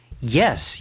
Yes